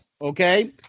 Okay